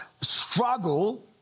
struggle